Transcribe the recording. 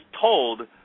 told